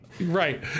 Right